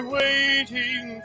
waiting